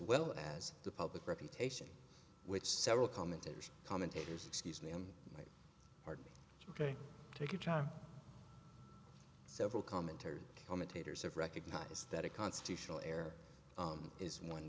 well as the public reputation which several commentators commentators excuse me i'm ok take your time several commenters commentators have recognize that a constitutional air is one